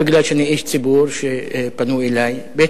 בגלל שאני איש ציבור, ופנו אלי, ב.